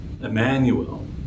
Emmanuel